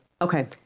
Okay